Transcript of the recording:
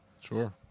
Sure